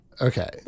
Okay